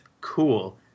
cool